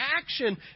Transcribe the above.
action